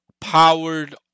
powered